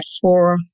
four